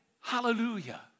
Hallelujah